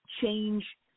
change